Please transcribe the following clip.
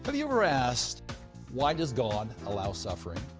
but you ever asked why does god allow suffering?